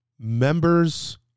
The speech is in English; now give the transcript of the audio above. members